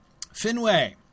Finway